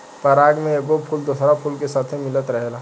पराग में एगो फूल दोसरा फूल के साथे मिलत रहेला